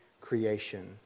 creation